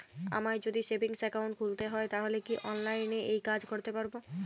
আমায় যদি savings account খুলতে হয় তাহলে কি অনলাইনে এই কাজ করতে পারবো?